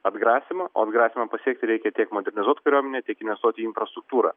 atgrasymo o atgrasymą pasiekti reikia tiek modernizuot koriuomenę tiek investuot į infrastruktūrą